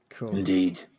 indeed